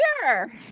sure